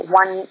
one